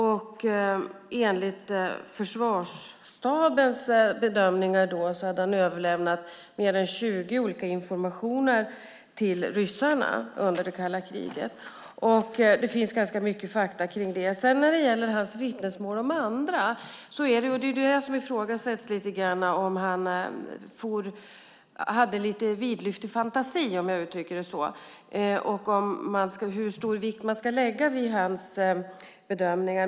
Enligt Försvarsstabens bedömningar då hade han överlämnat mer än 20 olika informationer till ryssarna under det kalla kriget. Det finns ganska mycket fakta kring det. När det sedan gäller hans vittnesmål om andra ifrågasätts det lite grann om han hade lite vidlyftig fantasi, om jag uttrycker det så, och hur stor vikt man ska lägga vid hans bedömningar.